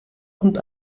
und